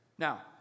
Now